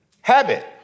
habit